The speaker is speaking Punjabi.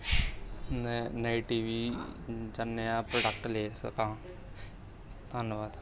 ਨਏ ਨਈਂ ਟੀ ਵੀ ਜਾਂ ਨੇਆਂ ਪ੍ਰੋਡਕਟ ਲੈ ਸਕਾਂ ਧੰਨਵਾਦ